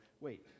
wait